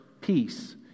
peace